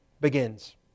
begins